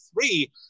three